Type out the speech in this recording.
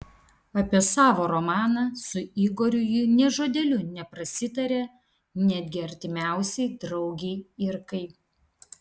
apie savo romaną su igoriu ji nė žodeliu neprasitarė netgi artimiausiai draugei irkai